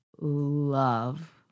love